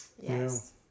Yes